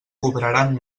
cobraran